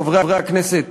חברי הכנסת,